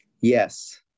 Yes